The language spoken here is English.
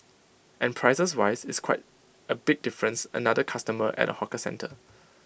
and prices wise it's quite A big difference another customer at A hawker centre